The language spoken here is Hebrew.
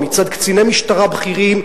מצד קציני משטרה בכירים,